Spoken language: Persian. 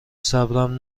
صبرم